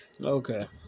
Okay